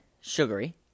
sugary